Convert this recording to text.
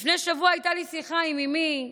לפני שבוע הייתה לי שיחה עם אימי,